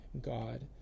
God